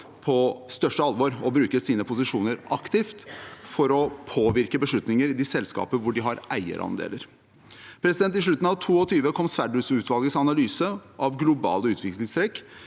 på største alvor og bruker sine posisjoner aktivt for å påvirke beslutninger i de selskaper hvor man har eierandeler. I slutten av 2022 kom Sverdrup-utvalgets analyse av globale utviklingstrekk